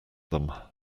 them